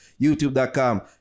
YouTube.com